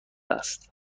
است